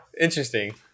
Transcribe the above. interesting